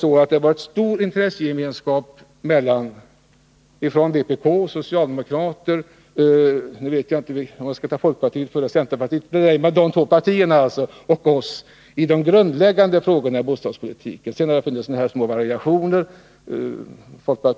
Men det har dock varit en stor intressegemenskap i bostadsfrågan mellan vpk och socialdemokraterna samt folkpartiet och centerpartiet. Jag vet inte om jag skall nämna folkpartiet före centerpartiet eller ej, men mellan dessa två partier och oss har det rått enighet om de grundläggande frågorna i bostadspolitiken. Sedan har det naturligtvis funnits små variationer i uppfattningarna.